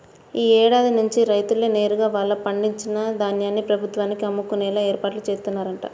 యీ ఏడాది నుంచి రైతులే నేరుగా వాళ్ళు పండించిన ధాన్యాన్ని ప్రభుత్వానికి అమ్ముకునేలా ఏర్పాట్లు జేత్తన్నరంట